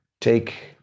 take